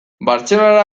bartzelonara